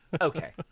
Okay